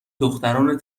دختران